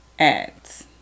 ads